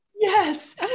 Yes